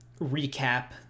recap